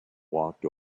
walked